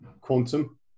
quantum